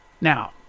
Now